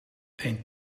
een